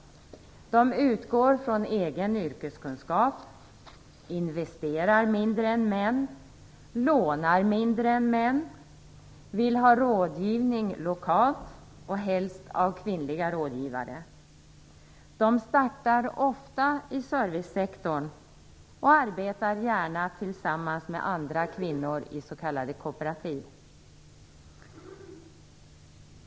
De utgår från egen yrkeskunskap, investerar mindre än män, lånar mindre än män, vill ha rådgivning lokalt och helst av kvinnliga rådgivare. De startar ofta i servicesektorn och arbetar gärna tillsammans med andra kvinnor i s.k. kooperativ.